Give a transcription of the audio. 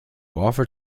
offer